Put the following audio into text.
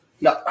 No